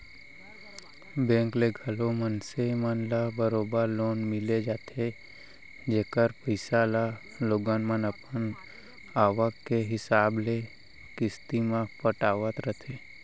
bank ले घलौ मनसे मन ल बरोबर लोन मिल जाथे जेकर पइसा ल लोगन मन अपन आवक के हिसाब ले किस्ती म पटावत रथें